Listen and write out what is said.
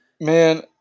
Man